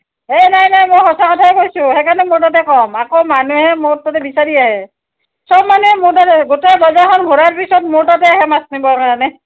এ নাই নাই মই সঁচা কথাই কৈছোঁ সেইকাৰণে মোৰ তাতে কম আকৌ মানুহে মোৰ তাতে বিচাৰি আহে সব মানুহে মোৰ তাতে আহে গোটেই বজাৰখন ঘূৰাৰ পিছত মোৰ তাতে আহে মাছ নিবৰ কাৰণে